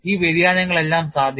ഈ വ്യതിയാനങ്ങളെല്ലാം സാധ്യമാണ്